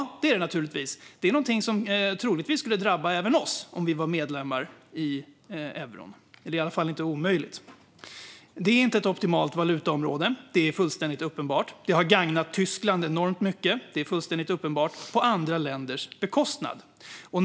Det är det naturligtvis. Det är någonting som troligtvis skulle drabba även oss om vi var medlemmar i euron. Det är i alla fall inte omöjligt. Det är inte ett optimalt valutaområde. Det är fullständigt uppenbart. Det har, även det fullständigt uppenbart, gagnat Tyskland enormt mycket på andra länders bekostnad.